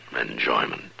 enjoyment